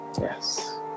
yes